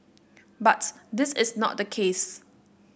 but this is not the case